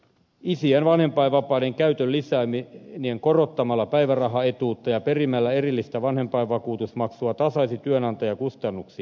isien vanhempainvapaiden käytön lisääminen korottamalla päivärahaetuutta ja perimällä erillistä vanhempainvakuutusmaksua tasaisi työnantajan kustannuksia